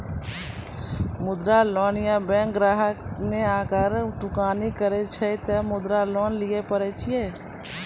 मुद्रा लोन ये बैंक ग्राहक ने अगर दुकानी करे छै ते मुद्रा लोन लिए पारे छेयै?